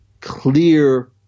clear